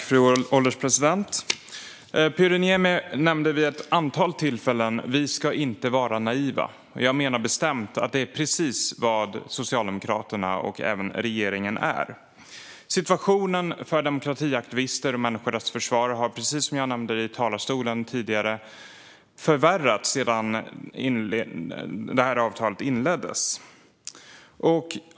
Fru ålderspresident! Pyry Niemi sa vid ett antal tillfällen att vi inte ska vara naiva. Jag menar bestämt att det är precis vad Socialdemokraterna och även regeringen är. Situationen för demokratiaktivister och människorättsförsvarare har, som jag nämnde i talarstolen tidigare, förvärrats sedan avtalsförhandlingarna inleddes.